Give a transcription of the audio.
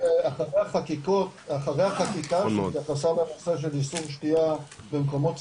אחרי החקיקה שהתייחסה באכיפה של איסור שתייה במקומות ציבור,